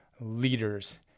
leaders